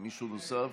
מישהו נוסף?